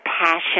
passion